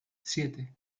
siete